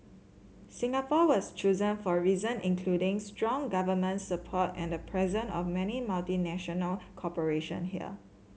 Singapore was chosen for reason including strong government support and the presence of many multinational corporation here